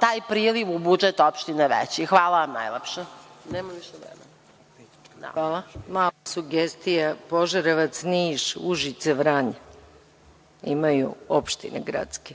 taj priliv u budžet opštine veći. Hvala vam najlepše. **Maja Gojković** Mala sugestija – Požarevac, Niš, Užice, Vranje imaju gradske